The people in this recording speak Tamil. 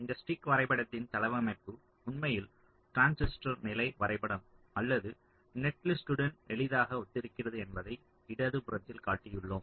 இந்த ஸ்டிக் வரைபடத்தின் தளவமைப்பு உண்மையில் டிரான்சிஸ்டர் நிலை வரைபடம் அல்லது நெட்லிஸ்ட்டுடன் எளிதாக ஒத்திருக்கிறது என்பதை இடதுபுறத்தில் காட்டியுள்ளோம்